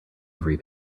every